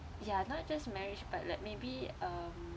ya not just marriage but like maybe um